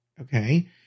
okay